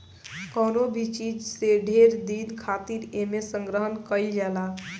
कवनो भी चीज जे ढेर दिन खातिर एमे संग्रहण कइल जाला